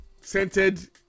scented